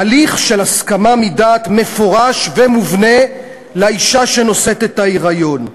הליך של הסכמה מדעת מפורש ומובנה לאישה שנושאת את ההיריון,